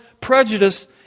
prejudice